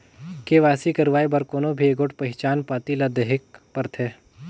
KYC करवाए बर कोनो भी एगोट पहिचान पाती ल देहेक परथे